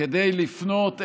כדי לפנות אלייך,